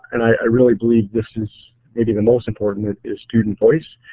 and i really believe this is maybe the most important is is student voice,